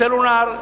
הסלולר,